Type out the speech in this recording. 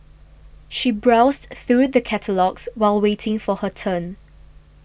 she browsed through the catalogues while waiting for her turn